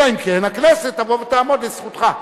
אלא אם כן הכנסת תבוא ותעמוד לזכותך.